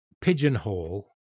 pigeonhole